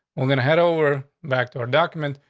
we're gonna head over back to our document,